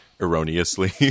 erroneously